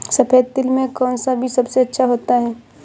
सफेद तिल में कौन सा बीज सबसे अच्छा होता है?